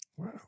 Wow